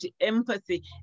empathy